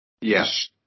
Yes